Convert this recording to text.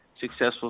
successful